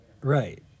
Right